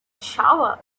shovel